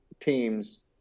teams